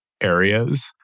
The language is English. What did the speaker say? areas